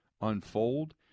unfold